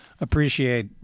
appreciate